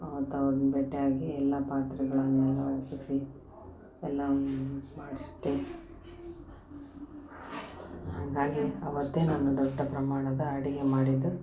ಅವತ್ತು ಅವ್ರ್ನ ಭೇಟ್ಯಾಗಿ ಎಲ್ಲ ಪಾತ್ರೆಗಳನೆಲ್ಲ ಒಪ್ಪಿಸಿ ಎಲ್ಲ ಅಷ್ಟೆ ಹಾಗಾಗಿ ಅವತ್ತೆ ನಾನು ದೊಡ್ಡ ಪ್ರಮಾಣದ ಅಡಿಗೆ ಮಾಡಿದ್ದು